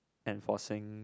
enforcing